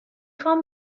خوام